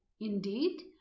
Indeed